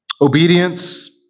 Obedience